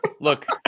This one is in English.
look